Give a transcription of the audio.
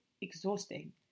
exhausting